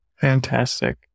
Fantastic